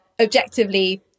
objectively